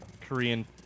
Korean